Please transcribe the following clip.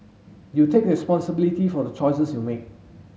you take responsibility for the choices you make